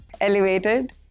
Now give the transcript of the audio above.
Elevated